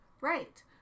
right